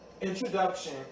introduction